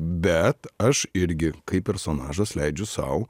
bet aš irgi kaip personažas leidžiu sau